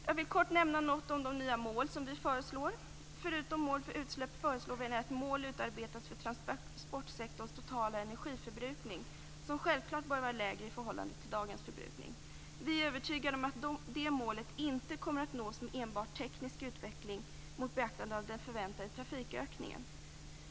Jag vill kort nämna något om de nya mål som vi föreslår. Förutom mål för utsläpp föreslår vi att mål utarbetas för transportsektorns totala energiförbrukning, som självfallet bör vara lägre än dagens förbrukning. Vi är övertygade om att det målet inte kommer att nås med enbart teknisk utveckling, mot beaktande av den förväntade trafikökningen.